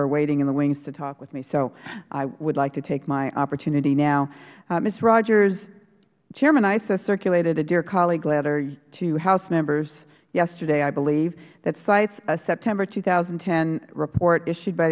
are waiting in the wings to talk with me so i would like to take my opportunity now ms rodgers chairman issa circulated a dear colleague letter to house members yesterday i believe that cites a september two thousand and ten report issued by